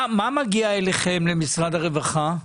אילו מקרים מגיעים אליכם למשרד הרווחה?